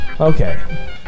okay